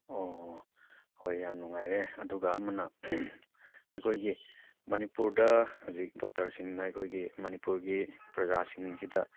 ꯑꯣ ꯍꯣꯏ ꯌꯥꯝ ꯅꯨꯡꯉꯥꯏꯔꯦ ꯑꯗꯨꯒ ꯑꯃꯅ ꯑꯩꯈꯣꯏꯒꯤ ꯃꯅꯤꯄꯨꯔꯗ ꯍꯧꯖꯤꯛ ꯗꯣꯛꯇꯔꯁꯤꯡꯅ ꯑꯩꯈꯣꯏꯒꯤ ꯃꯅꯤꯄꯨꯔꯒꯤ ꯄ꯭ꯔꯖꯥꯁꯤꯡꯁꯤꯗ